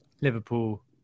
Liverpool